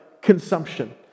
consumption